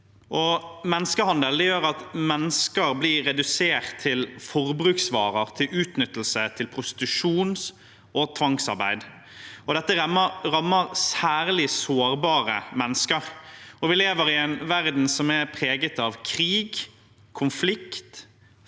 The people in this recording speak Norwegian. Menneskehandel gjør at mennesker blir redusert til forbruksvarer, til utnyttelse, til prostitusjon og tvangsarbeid. Dette rammer særlig sårbare mennesker. Vi lever i en verden som er preget av krig, konflikt,